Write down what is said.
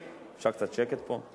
אפשר קצת שקט פה?